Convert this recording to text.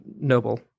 noble